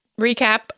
recap